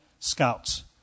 scouts